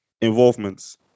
involvements